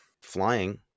Flying